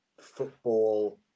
football